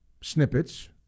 snippets